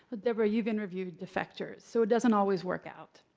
deborah, you've interviewed defectors. so it doesn't always work out.